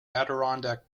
adirondack